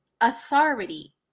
authority